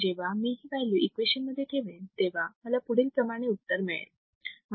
जेव्हा मी ही व्हॅल्यू इक्वेशन मध्ये ठेवेन तेव्हा मला पुढील प्रमाणे उत्तर मिळेल